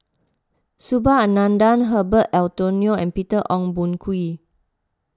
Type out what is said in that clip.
Subhas Anandan Herbert Eleuterio and Peter Ong Boon Kwee